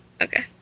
okay